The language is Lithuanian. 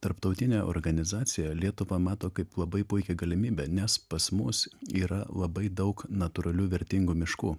tarptautinė organizacija lietuvą mato kaip labai puikią galimybę nes pas mus yra labai daug natūralių vertingų miškų